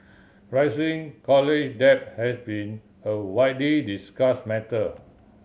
rising college debt has been a widely discussed matter